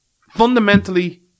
fundamentally